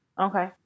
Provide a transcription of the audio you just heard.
Okay